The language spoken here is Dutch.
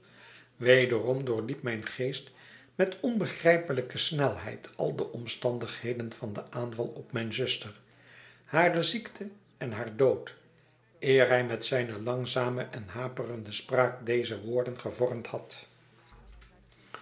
wederom doorliep mijngeest met onbegrijpepelijke snelheid al de omstandigheden van den aanyal op mijne zuster hare ziekte en haar dood eer hij met zijne langzame en haperende spraak deze woorden gevormd had